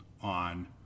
on